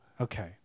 Okay